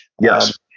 Yes